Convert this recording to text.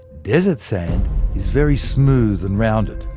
desert sand is very smooth and rounded,